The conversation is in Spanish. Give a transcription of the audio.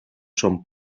son